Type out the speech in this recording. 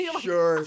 Sure